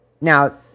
Now